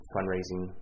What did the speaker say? Fundraising